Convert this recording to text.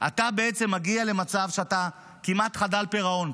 אתה בעצם מגיע למצב שאתה כמעט חדל פירעון.